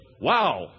wow